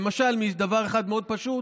דבר אחד מאוד פשוט: